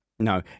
No